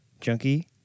Junkie